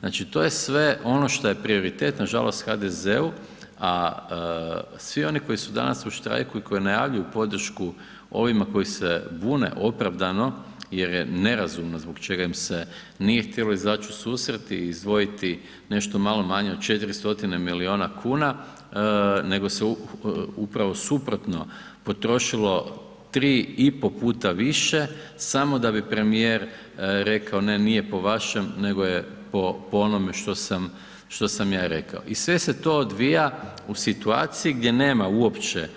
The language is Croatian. Znači to je sve ono šta je prioritet nažalost HDZ-u a svi oni koji su danas u štrajku i koji najavljuju podršku ovima koji se bune opravdano jer je nerazumno zbog čega im se nije htjelo izać u susret i izdvojiti nešto malo manje od 400 milijuna kuna, nego sve upravo suprotni potrošilo 3,5 puta više samo da bi premijer rekao ne, nije po vašem, nego je po onome što sam ja rekao i sve se to odvija u situaciji gdje nema uopće